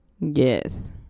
Yes